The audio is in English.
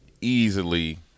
easily –